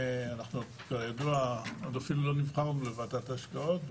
אנחנו כידוע אפילו עוד לא נבחרנו לוועדת ההשקעות,